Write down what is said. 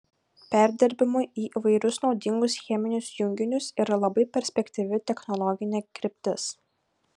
perdirbimui į įvairius naudingus cheminius junginius yra labai perspektyvi technologinė kryptis